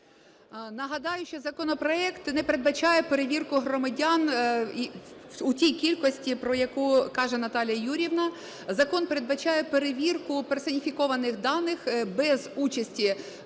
Нагадаю, що законопроект не передбачає перевірку громадян у тій кількості, про яку каже Наталія Юріївна. Закон передбачає перевірку персоніфікованих даних без участі чиновника,